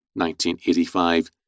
1985